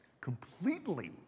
completely